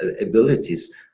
abilities